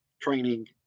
training